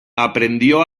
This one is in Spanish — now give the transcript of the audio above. aprendió